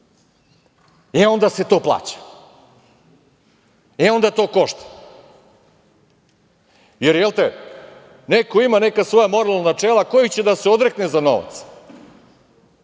e onda se to plaća, e onda to košta jer, jelte, neko ima neka svoja moralna načela kojih će da se odrekne za novac.